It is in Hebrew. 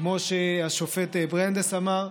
כמו שהשופט ברנדייס אמר: